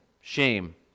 Shame